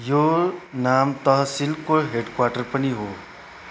यो नाम तहसिलको हेड क्वार्टर पनि हो